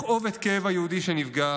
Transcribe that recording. לכאוב את כאב היהודי שנפגע